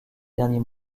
derniers